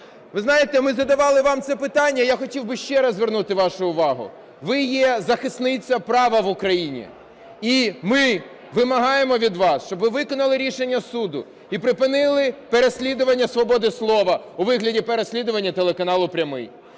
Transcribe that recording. Ви знаєте, ми задавали вам це питання, я хотів би ще раз звернути вашу увагу. Ви є захисниця права в Україні і ми вимагаємо від вас, щоб ви виконали рішення суду і припинили переслідування свободи слова у вигляді переслідування телеканалу "Прямий".